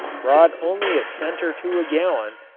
brought only a cent or two a gallon,